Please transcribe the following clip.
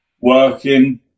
working